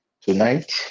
Tonight